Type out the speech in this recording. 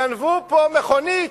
גנבו פה מכונית.